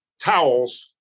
towels